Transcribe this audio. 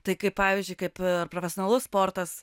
tai kaip pavyzdžiui kaip profesionalus sportas